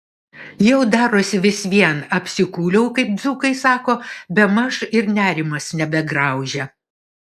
jau darosi vis vien apsikūliau kaip dzūkai sako bemaž ir nerimas nebegraužia